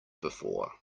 before